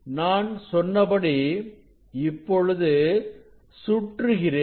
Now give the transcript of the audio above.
நான் சொன்னபடி இப்பொழுது சுற்றுகிறேன்